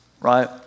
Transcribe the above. right